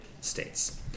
states